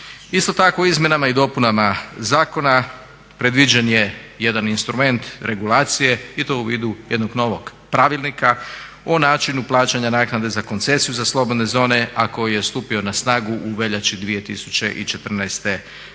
Isto tako u izmjenama i dopunama zakona predviđen je jedan instrument regulacije i to u vidu jednog novog pravilnika o načinu plaćanja naknade za koncesiju za slobodne zone a koji je stupio na snagu u veljači 2014. godine